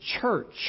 church